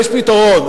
יש פתרון,